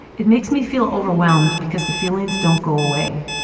it makes me feel overwhelmed because the feelings don't go away.